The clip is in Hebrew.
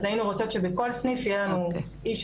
אז היינו רוצות שבכל סניף יהיה לנו איש,